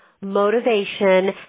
motivation